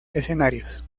escenarios